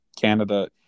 Canada